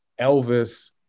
Elvis